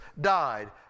died